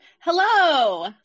Hello